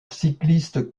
cycliste